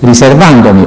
riservo